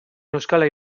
neuzkala